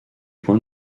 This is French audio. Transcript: point